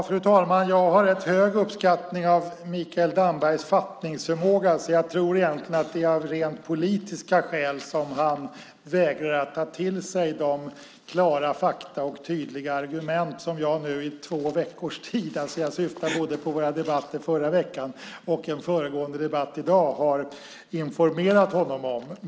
Fru talman! Jag har rätt hög uppskattning av Mikael Dambergs fattningsförmåga. Jag tror egentligen att det är av rent politiska skäl som han vägrar att ta till sig de klara fakta och tydliga argument som jag nu i två veckors tid - jag syftar både på våra debatter förra veckan och på den föregående debatten i dag - har informerat honom om.